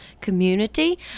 community